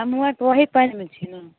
हमहुँ आर तऽ वही पानिमे छी ने